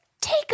take